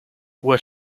were